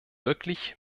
wirklich